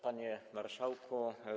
Panie Marszałku!